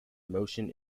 motion